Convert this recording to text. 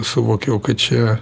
suvokiau kad čia